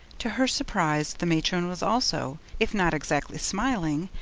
to her surprise the matron was also, if not exactly smiling,